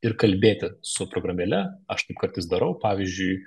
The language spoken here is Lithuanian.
ir kalbėti su programėle aš taip kartais darau pavyzdžiui